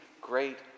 great